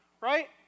right